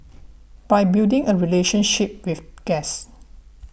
by building a relationship with guests